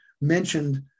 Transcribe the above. mentioned